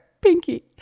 pinky